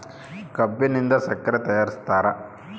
ಕಬ್ಬಿನಿಂದ ಸಕ್ಕರೆ ತಯಾರಿಸ್ತಾರ